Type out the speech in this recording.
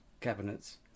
cabinets